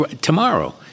tomorrow